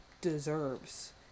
deserves